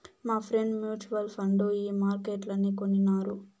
మాఫ్రెండ్ mutual fund ఈ మార్కెట్లనే కొనినారు